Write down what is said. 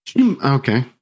Okay